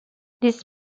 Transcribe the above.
this